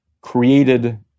created